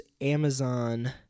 Amazon